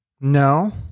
No